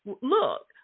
Look